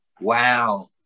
Wow